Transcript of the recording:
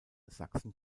sachsen